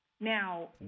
Now